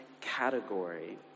category